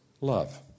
love